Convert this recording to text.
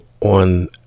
on